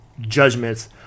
judgments